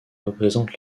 représente